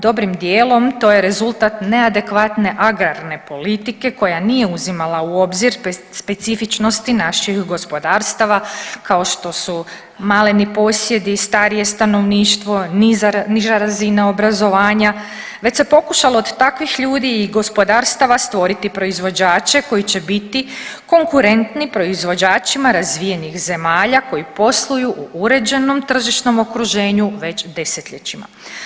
Dobrim dijelom to je rezultat neadekvatne agrarne politike koja nije uzimala u obzir specifičnosti naših gospodarstava kao što su maleni posjedi, starije stanovništvo, niža razina obrazovanja već se pokušalo od takvih ljudi i gospodarstava stvoriti proizvođače koji će biti konkurentni proizvođačima razvijenih zemalja koji posluju u uređenom tržišnom okruženju već 10-ljećima.